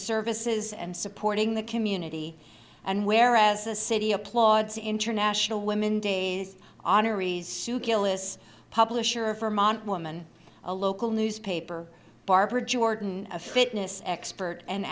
services and supporting the community and whereas the city applauds international women days honorees gillis publisher of vermont woman a local newspaper barbara jordan a fitness expert an